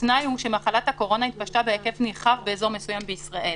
התנאי הוא שמחלת הקורונה התפשטה בהיקף נרחב באזור מסוים בישראל.